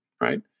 right